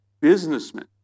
businessmen